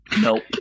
Nope